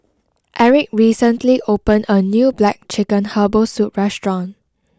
Eric recently opened a new Black Chicken Herbal Soup restaurant